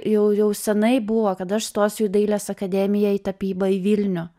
jau jau seniai buvo kad aš stosiu į dailės akademiją į tapybą į vilnių